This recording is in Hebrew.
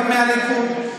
גם מהליכוד,